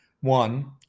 one